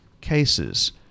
cases